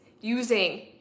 using